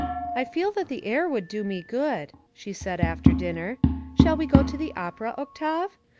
i feel that the air would do me good, she said after dinner shall we go to the opera, octave?